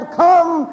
come